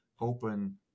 open